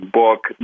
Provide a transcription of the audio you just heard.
book